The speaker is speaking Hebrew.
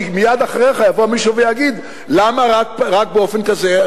כי מייד אחריך יבוא מישהו ויגיד: למה רק באופן כזה?